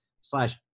slash